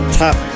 top